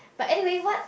but anyway what